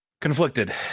conflicted